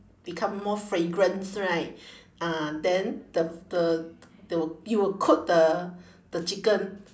become more fragrance right ah then the the the you will coat the the chicken